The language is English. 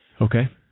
Okay